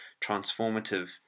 transformative